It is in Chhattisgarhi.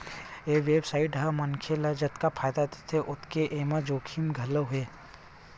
ए बेवसाय ह मनखे ल जतका फायदा देथे ओतके एमा जोखिम घलो हे